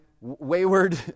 wayward